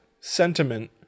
sentiment